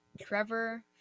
Trevor